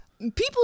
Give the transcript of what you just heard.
People